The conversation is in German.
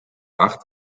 acht